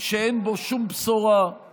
שאין בו שום בשורה,